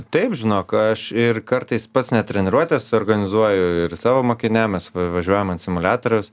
taip žinok aš ir kartais pats net treniruotes suorganizuoju ir savo mokiniam mes va važiuojam ant simuliatorius